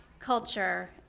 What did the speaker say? Culture